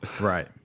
Right